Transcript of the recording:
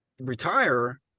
retire